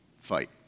fight